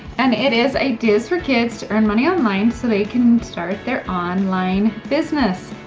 and it is ideas for kids to earn money online so they can start their online business.